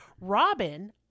Robin